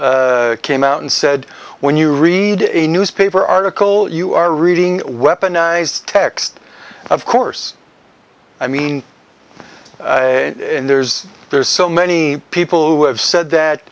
s came out and said when you read a newspaper article you are reading weaponized text of course i mean and there's there's so many people who have said that